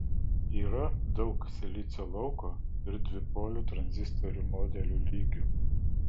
yra daug silicio lauko ir dvipolių tranzistorių modelių lygių